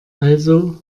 also